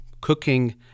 cooking